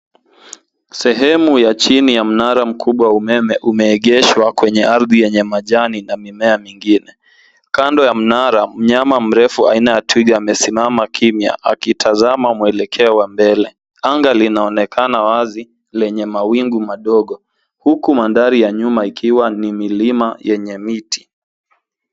Sehemu ya chini ya mnara mkubwa wa umeme umeegeshwa kwenye ardhi yenye majani na mimea mingine. Kando ya mnara mnyama mrefu aina ya twiga amesimama kimya akitazama muelekeo wa mbele. Anga linaonekana wazi lenye mawingu madogo, huku mandhari ya nyuma ikiwa ni milima yenye miti.